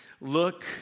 look